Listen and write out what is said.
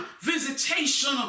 visitation